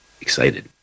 excited